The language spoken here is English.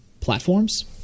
platforms